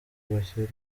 bashyira